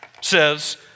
says